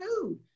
food